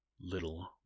little